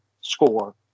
Score